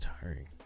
tiring